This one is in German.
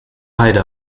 heide